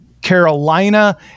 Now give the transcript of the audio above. Carolina